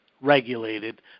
regulated